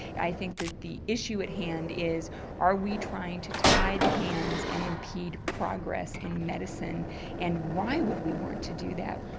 i think that the issue at hand is are we trying to tie the hands and impede progress in medicine and why would we want to do that?